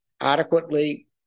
adequately